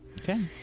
Okay